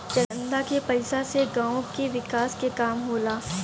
चंदा के पईसा से गांव के विकास के काम होला